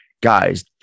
Guys